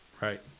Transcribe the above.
Right